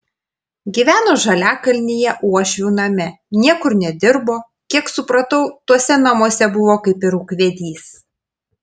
gyveno žaliakalnyje uošvių name niekur nedirbo kiek supratau tuose namuose buvo kaip ir ūkvedys